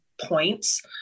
points